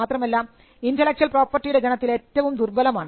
മാത്രമല്ല ഇന്റെലക്ച്വൽ പ്രോപ്പർട്ടിയുടെ ഗണത്തിൽ ഏറ്റവും ദുർബലമാണ്